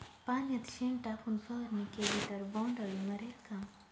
पाण्यात शेण टाकून फवारणी केली तर बोंडअळी मरेल का?